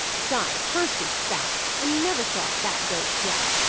besides, hurst is fat and you never saw a fat ghost yet.